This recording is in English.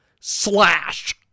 slash